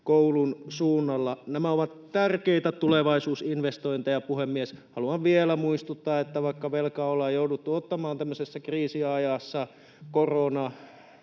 suunnalla. Nämä ovat tärkeitä tulevaisuusinvestointeja. Puhemies, haluan vielä muistuttaa, että vaikka velkaa on jouduttu ottamaan tämmöisessä kriisiajassa — korona,